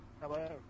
Hello